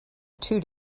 two